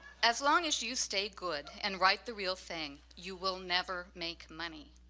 as long as you stay good and write the real thing you will never make money.